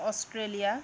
Australia